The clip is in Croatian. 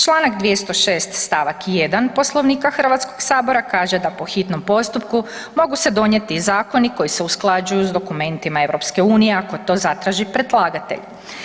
Članak 206. stavak 1. Poslovnika Hrvatskog sabora kaže da po hitnom postupku mogu se donijeti i zakoni koji se usklađuju s dokumentima EU ako to zatraži predlagatelj.